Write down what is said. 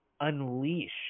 unleash